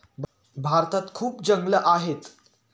भारतात खूप जंगलं आहेत